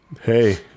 Hey